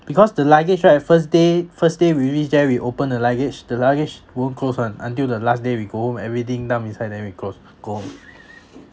because the luggage right first day first day we reach there we open the luggage the luggage won't close [one] until the last day we go home everything dump inside then we close go home